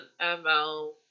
ml